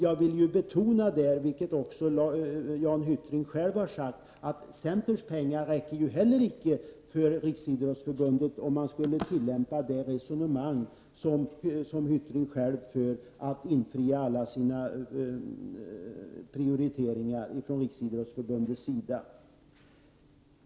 Jag vill betona, vilket också Jan Hyttring själv har sagt, att de pengar som centern föreslår icke heller räcker för Riksidrottsförbundet om man skulle tillämpa det resonemang som Hyttring själv för och som innebär att Riksidrottsförbundet skall klara av alla sina prioriteringar.